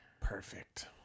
Perfect